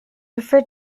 refer